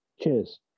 Cheers